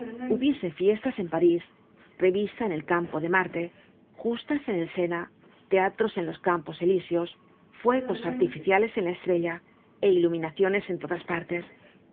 hubiese fiestas en parís revista en el campo de marte justas en el sena teatros en los campos elíseos fuegos artificiales en la estrella é iluminaciones en todas partes